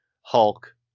Hulk